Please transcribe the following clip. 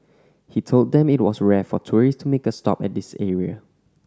he told them it was rare for tourists to make a stop at this area